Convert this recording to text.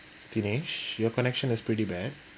Dinesh your connection is pretty bad